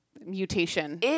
Mutation